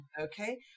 okay